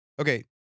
Okay